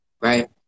right